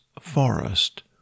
forest